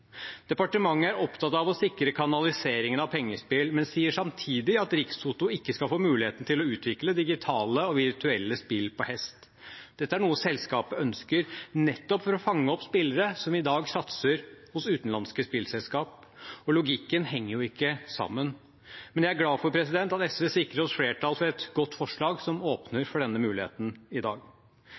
Departementet er opptatt av å sikre kanaliseringen av pengespill, men sier samtidig at Rikstoto ikke skal få muligheten til å utvikle digitale og virtuelle spill på hest. Dette er noe selskapet ønsker nettopp for å fange opp spillere som i dag satser hos utenlandske spillselskaper, for logikken henger ikke sammen. Men jeg er glad for at SV sikrer oss flertall for et godt forslag som åpner for denne muligheten i dag.